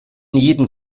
jedem